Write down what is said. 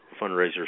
fundraisers